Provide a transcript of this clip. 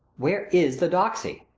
where is the doxy?